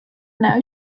that